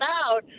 out